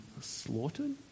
slaughtered